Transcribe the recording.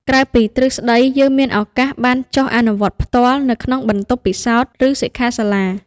ក្រៅពីទ្រឹស្តី យើងមានឱកាសបានចុះអនុវត្តផ្ទាល់នៅក្នុងបន្ទប់ពិសោធន៍ ឬសិក្ខាសាលា។